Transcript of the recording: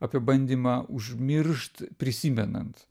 apie bandymą užmiršt prisimenant